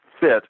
fit